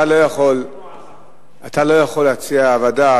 אתה לא יכול להציע ועדה.